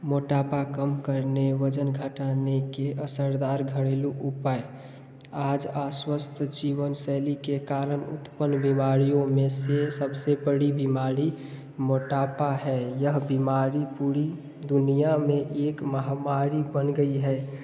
मोटापा कम करने वजन घटाने के असरदार घरेलू उपाय आज अस्वस्थ जीवनशैली के कारण उत्पन्न बीमारियों में से सबसे बड़ी बीमारी मोटापा है यह बीमारी पूरी दुनिया में एक महामारी बन गई है